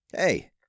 Hey